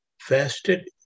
fasted